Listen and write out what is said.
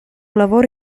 lavoro